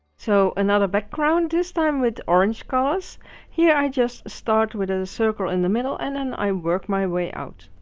so another background this time with orange colours here i just start with a circle in the middle and and then work my way out